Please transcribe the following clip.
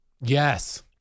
Yes